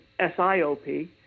SIOP